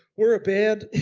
we're a band.